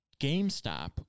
GameStop